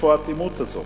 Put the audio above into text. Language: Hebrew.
מאיפה האטימות הזאת?